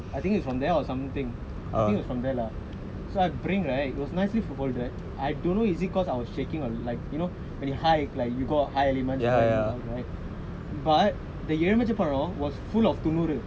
I think it's from there or something I think was from there lah so I bring right it was nicely folded I don't know is it because I was shaking or like you know when you high like you got high elements you know elements all right but the your image apparel was full of toongool